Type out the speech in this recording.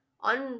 on